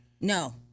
No